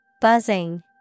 Buzzing